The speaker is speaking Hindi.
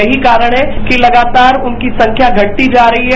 यहीं कारण है कि लगातार उनकी संख्या घटती जा रही है